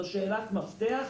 זו שאלת מפתח,